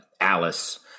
Alice